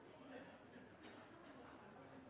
For det var